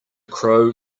crow